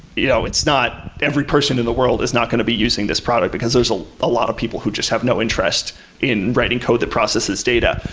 you know it's not every person in the world is not going to be using this product, because there's a lot of people who just have no interest in writing code that processes data.